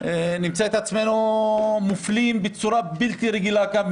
נמצא את עצמנו מופלים בצורה בלתי רגילה כאן,